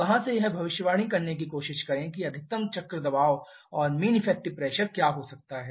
वहां से यह भविष्यवाणी करने की कोशिश करें कि अधिकतम चक्र दबाव और मीन इफेक्टिव प्रेशर क्या हो सकता है